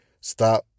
stop